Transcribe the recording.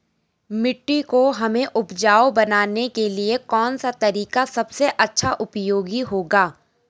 मिट्टी को हमें उपजाऊ बनाने के लिए कौन सा तरीका सबसे अच्छा उपयोगी होगा?